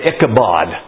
Ichabod